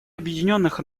объединенных